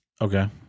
Okay